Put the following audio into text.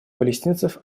палестинцев